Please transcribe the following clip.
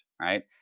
Right